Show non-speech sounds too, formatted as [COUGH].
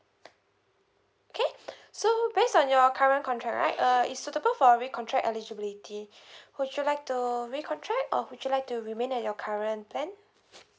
okay so based on your current contract right uh it's suitable for recontract eligibility [BREATH] would you like to recontract or would you like to remain at your current plan